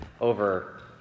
over